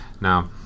Now